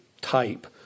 type